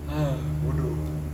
ha bodoh